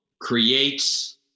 creates